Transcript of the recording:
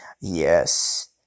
Yes